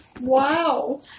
Wow